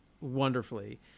wonderfully